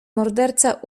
morderca